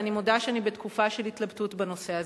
ואני מודה שאני בתקופה של התלבטות בנושא הזה: